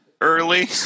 Early